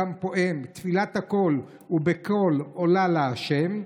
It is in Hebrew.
גם פועם / תפילת הכול ובקול עולה להשם.